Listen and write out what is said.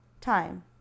time